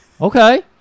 okay